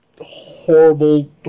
horrible